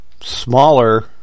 smaller